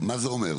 מה זה אומר?